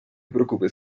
preocupes